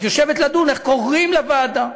את יושבת לדון איך קוראים לוועדה.